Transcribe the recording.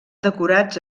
decorats